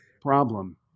problem